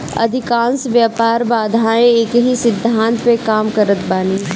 अधिकांश व्यापार बाधाएँ एकही सिद्धांत पअ काम करत बानी